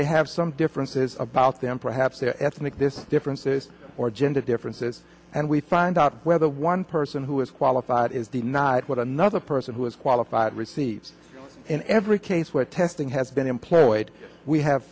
they have some differences about them perhaps their ethnic this differences or gender differences and we find out whether one person who is qualified is the not what another person who is qualified receives in every case where testing has been employed we have